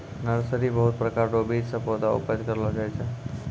nursery बहुत प्रकार रो बीज से पौधा उपज करलो जाय छै